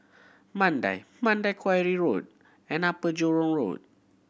Mandai Mandai Quarry Road and Upper Jurong Road